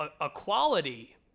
equality